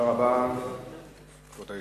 עשר דקות.